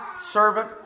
servant